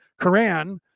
Quran